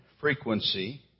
frequency